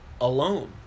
alone